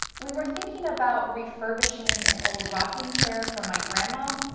we were thinking about refurbishing and old rocking chair for my grandma.